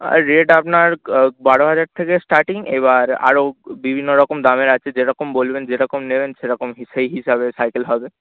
আর rate আপনার বারো হাজার থেকে স্টার্টিং এবার আরও বিভিন্ন রকম দামের আছে যেরকম বলবেন যেরকম নেবেন সেরকম সেই হিসাবে সাইকেল হবে